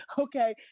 okay